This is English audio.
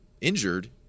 injured